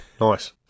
nice